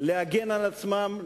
להגן על עצמם,